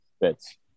fits